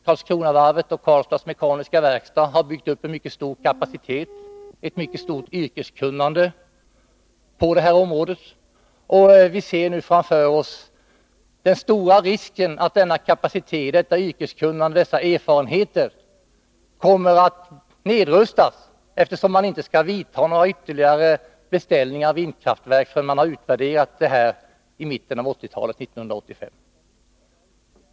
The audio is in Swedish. Karlskronavarvet och Karlstads Mekaniska Werkstad har dessutom byggt upp en mycket stor kapacitet och ett mycket stort yrkeskunnande på detta område. Vi ser nu framför oss den stora risken att denna kapacitet, detta yrkeskunnande och dessa erfarenheter kommer att nedrustas, eftersom det inte skall göras några ytterligare beställningar av vindkraftverk förrän man har gjort en utvärdering år 1985.